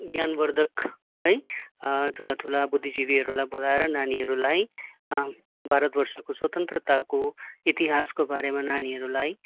ज्ञानवर्धक है ठुला ठुला बुद्धिजिवीहरूलाई बोलाएर नानीहरूलाई भारत वर्षको स्वतन्त्रताको इतिहासको बारेमा नानीहरूलाई